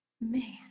Man